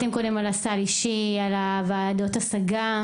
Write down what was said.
אל תביאי אותי למצב הזה.